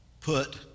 put